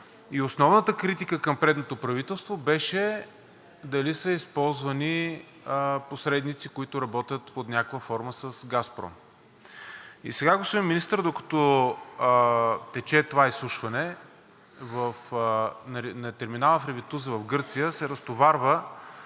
основната критика към предното правителство беше дали са използвани посредници, които работят под някаква форма с „Газпром“. И сега, господин Министър, докато тече това изслушване, на терминала в Ревитуса, в Гърция, се разтоварва